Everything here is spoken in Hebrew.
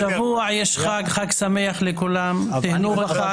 השבוע יש חג, חג שמח לכולם, תיהנו בחג.